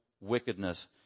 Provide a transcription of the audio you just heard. wickedness